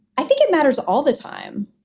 i think it matters all the time.